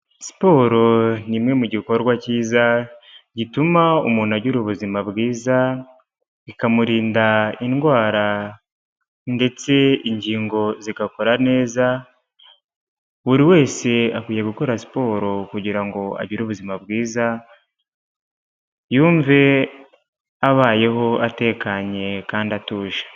Siporo ni imwe mu gikorwa cyiza, gituma umuntu agira ubuzima bwiza, ikamurinda indwara ndetse ingingo zigakora neza, buri wese akwiye gukora siporo kugira ngo agire ubuzima bwiza, yumve abayeho atekanye kandi atuje.